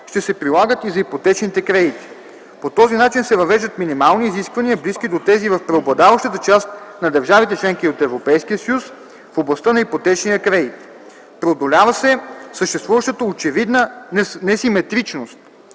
ще се прилагат и за ипотечните кредити. По този начин се въвеждат и минимални изисквания, близки до тези в преобладаващата част на държавите - членки от Европейския съюз, в областта на ипотечния кредит. Преодолява се съществуващата очевидна несиметричност